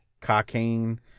Cocaine